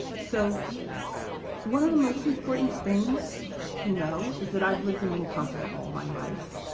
so one of the most important things to know is that i've lived in little compton all my life.